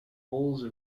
poles